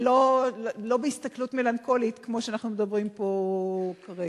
ולא בהסתכלות מלנכולית כפי שאנחנו מדברים פה כרגע.